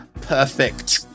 perfect